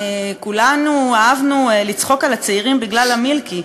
כולנו אהבנו לצחוק על הצעירים בגלל המילקי,